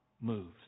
moves